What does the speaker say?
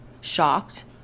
shocked